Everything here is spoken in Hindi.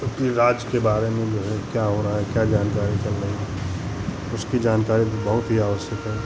क्योंकि राज्य के बारे में जो है क्या हो रहा है क्या जानकारी चल रही उसकी जानकारी भी बहुत ही आवश्यक है